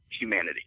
humanity